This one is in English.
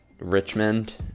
Richmond